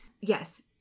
yes